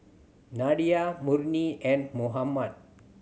Nadia Murni and Muhammad